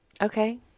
okay